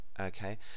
okay